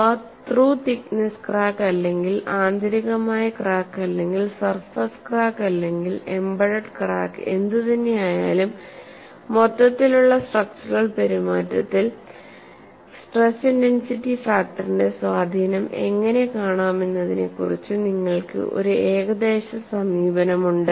അവ through thickness crack അല്ലെങ്കിൽ ആന്തരികമായ ക്രാക്ക് അല്ലെങ്കിൽ സർഫസ് ക്രാക്ക് അല്ലെങ്കിൽ എംബഡഡ് ക്രാക്ക് എന്തുതന്നെയായാലും മൊത്തത്തിലുള്ള സ്ട്രക്ച്ചറൽ പെരുമാറ്റത്തിൽ സ്ട്രെസ് ഇന്റൻസിറ്റി ഫാക്ടറിന്റെ സ്വാധീനം എങ്ങനെ കാണാമെന്നതിനെക്കുറിച്ച് നിങ്ങൾക്ക് ഒരു ഏകദേശ സമീപനമുണ്ട്